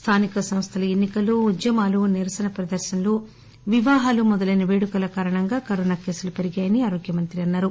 స్థానిక సంస్థల ఎన్ని కల్లో ఉద్యమాలు నిరసన ప్రదర్శనలు వివాహం మొదలైన పేడుకల కారణంగా కరోనా కేసులు పెరిగాయని ఆరోగ్య మంత్రి అన్నారు